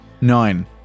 Nine